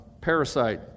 parasite